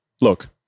Look